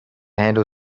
handle